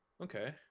Okay